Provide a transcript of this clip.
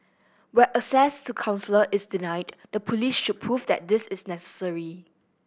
where access to is denied the police should prove that this is necessary